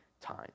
time